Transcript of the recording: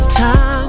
time